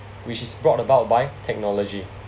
which is brought about by technology